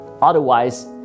Otherwise